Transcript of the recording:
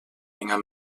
enger